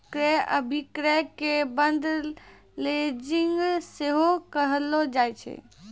क्रय अभिक्रय के बंद लीजिंग सेहो कहलो जाय छै